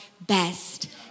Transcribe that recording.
best